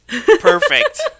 Perfect